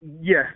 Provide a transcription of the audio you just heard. yes